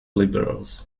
liberals